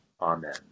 Amen